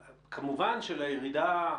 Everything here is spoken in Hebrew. כמובן, שלירידה הארצית,